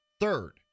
Third